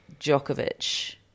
Djokovic